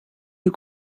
you